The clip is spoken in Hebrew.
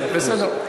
כן, בסדר.